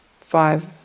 five